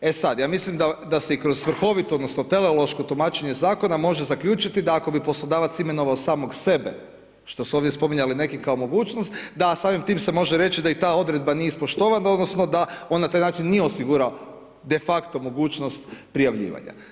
E sad, ja mislim da se i kroz svrhovito, odnosno teleološko tumačenje zakona može zaključiti da ako bi poslodavac imenovao samog sebe što su ovdje spominjali neki kao mogućnost da samim time se može reći da i ta odredba nije ispoštovana odnosno da on na taj način nije osigurao de facto mogućnost prijavljivanja.